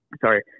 Sorry